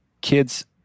kids